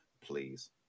please